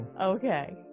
Okay